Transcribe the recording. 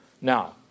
Now